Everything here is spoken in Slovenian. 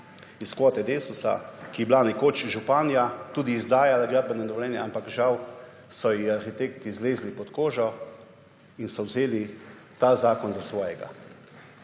iz kvote Desus, ki je bila nekoč županja tudi izdajala gradbena dovoljenja, ampak žal so ji arhitekti zlezli pod kožo in so vzeli ta zakon za svojega.